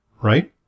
Right